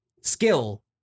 skill